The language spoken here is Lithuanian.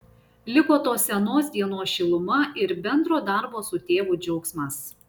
liko tos senos dienos šiluma ir bendro darbo su tėvu džiaugsmas